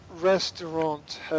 restaurant